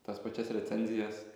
tas pačias recenzijas